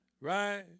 right